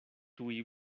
tuj